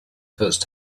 first